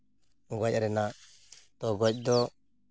ᱜᱚᱡ ᱨᱮᱱᱟᱜ ᱛᱚ ᱜᱚᱡ ᱫᱚ